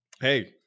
Hey